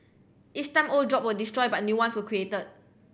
each time old job were destroyed but new ones will created